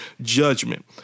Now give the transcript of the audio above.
judgment